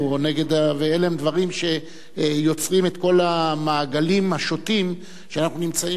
ואלה הם דברים שיוצרים את כל המעגלים השוטים שאנחנו נמצאים בהם.